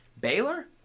Baylor